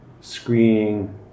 screening